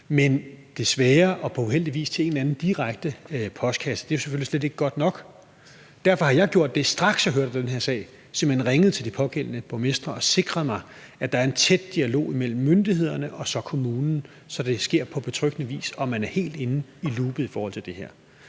men desværre og på uheldig vis til en eller anden direkte postkasse, og det er jo selvfølgelig slet ikke godt nok. Derfor har jeg gjort det, at jeg, straks jeg hørte om den her sag, simpelt hen har ringet til de pågældende borgmestre og sikret mig, at der er en tæt dialog imellem myndighederne og så kommunen, så det sker på betryggende vis og man er helt inde i loopet i forhold til det her.